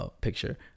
picture